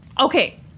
Okay